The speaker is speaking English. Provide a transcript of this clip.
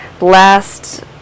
Last